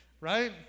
right